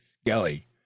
Skelly